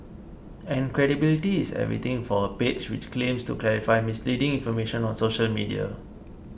and credibility is everything for a page which claims to clarify misleading information on social media